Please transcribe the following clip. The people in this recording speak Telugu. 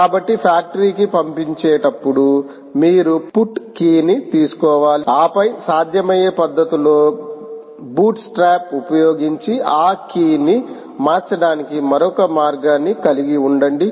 కాబట్టి ఫ్యాక్టరీకి పంపించేటప్పుడు మీరు పుట్ కీని తెలుసుకోవాలి ఆపై సాధ్యమయ్యే పద్ధతుల్లో బూట్ స్ట్రాప్ ఉపయోగించి ఆ కీ ని మార్చడానికి మరొక మార్గాన్ని కలిగి ఉండండి